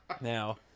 now